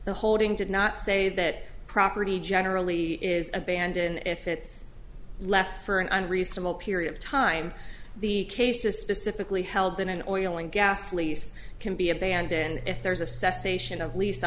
the holding did not say that property generally is abandoned if it's left for an unreasonable period of time the case is specifically held in an oil and gas lease can be abandoned if there is a cessation of least